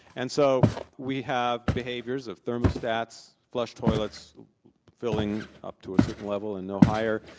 and so we have behaviours of thermostats, flush toilets filling up to a certain level and no higher,